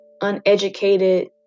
uneducated